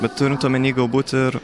bet turint omeny galbūt ir